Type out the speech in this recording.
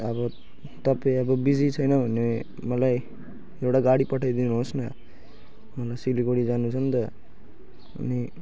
अब तपाईँ अब बिजी छैन भने मलाई एउटा गाडी पठाइदिनु होस् न मलाई सिलगढी जानु छ नि त अनि